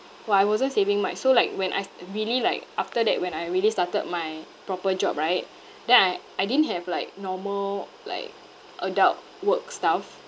!wah! I wasn't saving much so like when I s~ really like after that when I really started my proper job right then I I didn't have like normal like adult work stuff